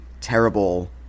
terrible